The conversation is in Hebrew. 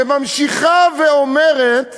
והיא ממשיכה ואומרת